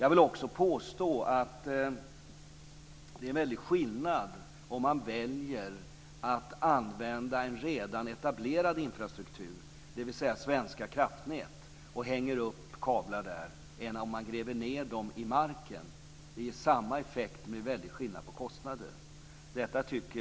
Jag vill också påstå att det är en väldig skillnad mellan att välja att använda en redan etablerad infrastruktur, dvs. Svenska Kraftnät, och hänga upp kablar och att välja att gräva ned dem i marken. Det ger samma effekt, men det blir en väldig skillnad i kostnader.